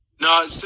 no